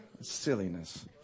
Silliness